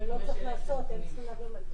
אבל לא הוא צריך לעשות, הם צריכים להעביר מידע.